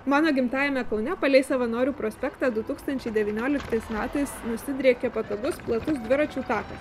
mano gimtajame kaune palei savanorių prospektą du tūkstančiai devynioliktais metais nusidriekė patogus platus dviračių takas